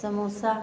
samosa